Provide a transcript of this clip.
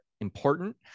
important